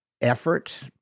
effort